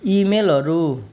ईमेलहरू